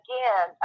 Again